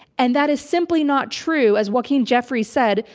and that is simply not true, as joaquin jeffery said,